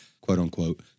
quote-unquote